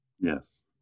Yes